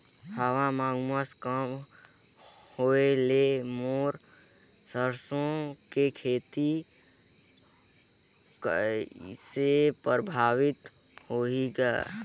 हवा म उमस कम होए ले मोर सरसो के खेती कइसे प्रभावित होही ग?